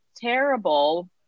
terrible